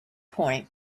point